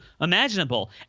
imaginable